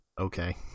Okay